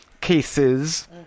cases